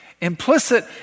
Implicit